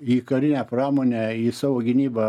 į karinę pramonę į savo gynybą